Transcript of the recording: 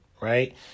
right